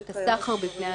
את הסחר בבני אדם.